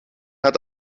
hat